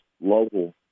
local